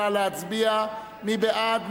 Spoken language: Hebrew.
נא להצביע, מי בעד?